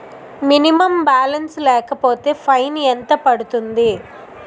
Minimum balance లేకపోతే fine ఎంత పడుతుంది?